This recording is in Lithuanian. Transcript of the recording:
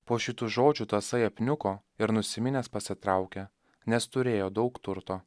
po šitų žodžių tasai apniuko ir nusiminęs pasitraukė nes turėjo daug turto